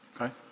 Okay